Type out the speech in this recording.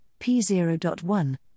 P0.1